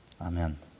Amen